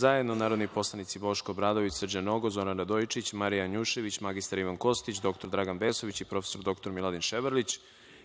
zajedno narodni poslanici Boško Obradović, Srđan Nogo, Zoran Radojičić, Marija Janjušević, mr Ivan Kostić, dr Dragan Vesović i prof. dr Miladin Ševarlić